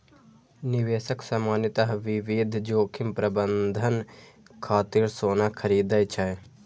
निवेशक सामान्यतः विविध जोखिम प्रबंधन खातिर सोना खरीदै छै